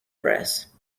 press